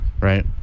right